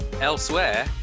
Elsewhere